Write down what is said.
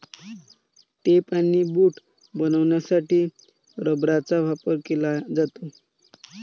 tape आणि boot बनवण्यासाठी रबराचा वापर केला जातो